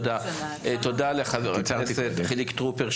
תודה לחבר הכנסת חילי טרופר,